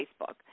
Facebook